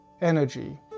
energy